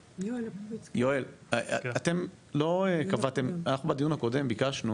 יואל, אתם לא קבעתם, אנחנו בדיון הקודם ביקשנו